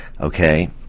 Okay